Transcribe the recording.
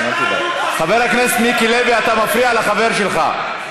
חבר הכנסת מיקי לוי, אתה מפריע לחבר שלך.